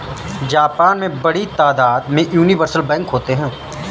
Japan में बड़ी तादाद में यूनिवर्सल बैंक होते हैं